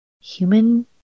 human